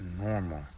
normal